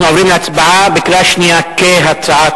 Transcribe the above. קריאה שנייה, כהצעת